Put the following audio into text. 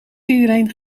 iedereen